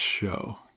show